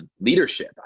leadership